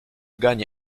gagne